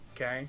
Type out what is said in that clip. okay